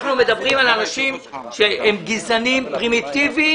אנחנו מדברים על אנשים שהם גזענים ופרימיטיביים